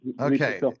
Okay